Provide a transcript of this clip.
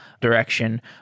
direction